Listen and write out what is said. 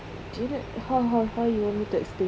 camne how how how you want me to explain